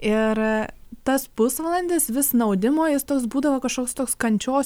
ir tas pusvalandis vis snaudimo jis toks būdavo kažkoks toks kančios